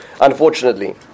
Unfortunately